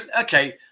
okay